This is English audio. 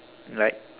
like